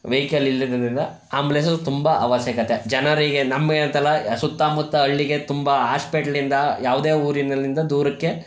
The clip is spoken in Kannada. ವೆಹಿಕಲ್ ಇಲ್ಲದಿದ್ರಿಂದ ಆಂಬುಲೆನ್ಸು ತುಂಬ ಅವಶ್ಯಕತೆ ಜನರಿಗೆ ನಮಗೆ ಅಂತಲ್ಲ ಯ ಸುತ್ತಮುತ್ತ ಹಳ್ಳಿಗೆ ತುಂಬ ಹಾಸ್ಪೆಟ್ಲಿಂದ ಯಾವುದೇ ಊರಿನಲ್ಲಿಂದ ದೂರಕ್ಕೆ